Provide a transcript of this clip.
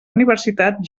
universitat